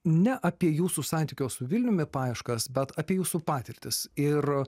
ne apie jūsų santykio su vilniumi paieškas bet apie jūsų patirtis ir